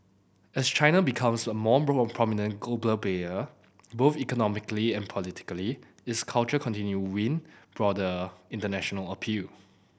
as China becomes a more prominent global player both economically and politically its culture continue win broader international appeal